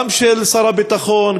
גם של שר הביטחון,